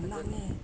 ꯌꯥꯝ ꯂꯥꯡꯉꯦ